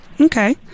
Okay